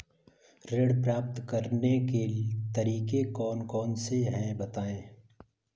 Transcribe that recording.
ऋण प्राप्त करने के तरीके कौन कौन से हैं बताएँ?